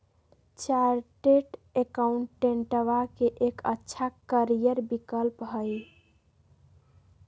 chartered अकाउंटेंटवा के एक अच्छा करियर विकल्प हई